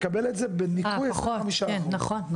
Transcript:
מקבל את זה במיפוי של 25%. נכון.